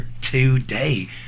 today